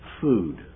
food